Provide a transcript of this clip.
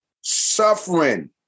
Suffering